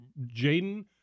Jaden